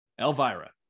elvira